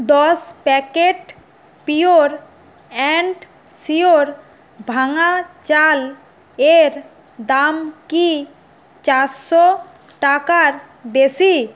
দশ packet pure and sure ভাঙ্গা চাল এর দাম কি চারশো টাকার বেশি